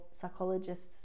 psychologists